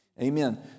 Amen